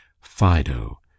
fido